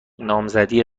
نامزدی